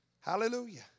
Hallelujah